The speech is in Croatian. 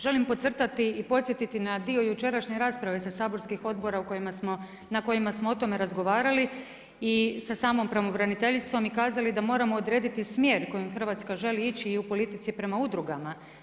Želim podcrtati i podsjetiti na dio jučerašnje rasprave sa saborskih odbora na kojima smo o tome razgovarali i sa samom pravobraniteljicom i kazali da moramo odrediti smjer u kojem Hrvatska želi ići i u politici prema udrugama.